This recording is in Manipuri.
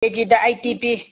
ꯀꯦꯖꯤꯗ ꯑꯩꯇꯤ ꯄꯤ